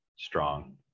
Strong